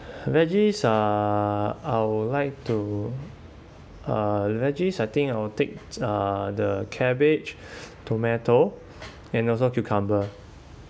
veggie uh I would like to uh veggies I think I'll take uh the cabbage tomato and also cucumber